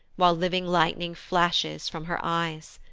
while living lightning flashes from her eyes,